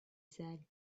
said